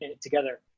together